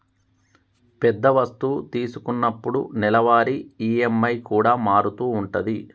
పెద్ద వస్తువు తీసుకున్నప్పుడు నెలవారీ ఈ.ఎం.ఐ కూడా మారుతూ ఉంటది